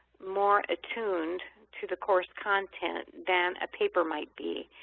more attuned to the course content than a paper might be.